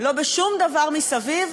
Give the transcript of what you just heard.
לא בשום דבר מסביב,